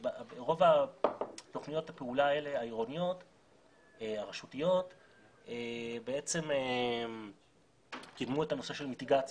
רוב תוכניות הפעולה האלה הרשותיות בעצם קידמו את הנושא של מיטיגציה.